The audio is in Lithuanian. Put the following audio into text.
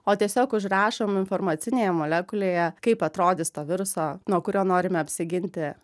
o tiesiog užrašom informacinėje molekulėje kaip atrodys to viruso nuo kurio norime apsiginti